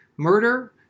Murder